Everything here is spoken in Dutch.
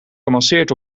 gemasseerd